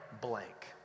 blank